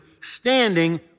standing